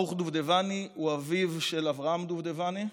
ברוך דובדבני הוא אביו של אברהם דובדבני,